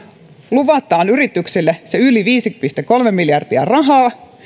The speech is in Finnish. luvataan yrityksille se yli viisi pilkku kolme miljardia rahaa